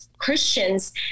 christians